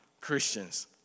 Christians